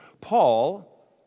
Paul